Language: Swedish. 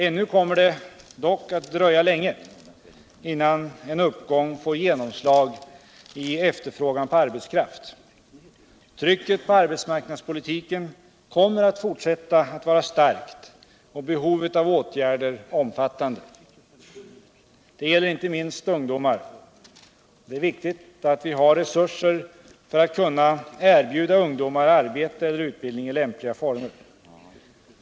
Ännu kommer det dock att dröja länge, innan en uppgång får genomslag i efterfrågan på arbetskraft. Trycket på urbetsmarknadspolitiken kommer att fortsätta att vara starkt och behovet av åtgärder omfattande. Det gäller inte minst ungdomar. Det är viktigt att vi har resurser för att kunna erbjuda ungdomar arbete eller utbildning i lämpliga former.